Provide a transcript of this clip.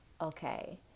okay